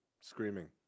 Screaming